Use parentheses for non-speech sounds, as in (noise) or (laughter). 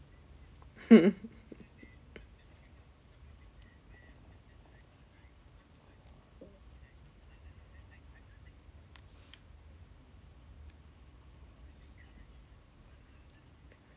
(laughs)